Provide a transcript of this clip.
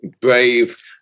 brave